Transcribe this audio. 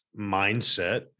mindset